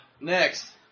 Next